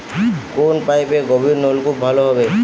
কোন পাইপে গভিরনলকুপ ভালো হবে?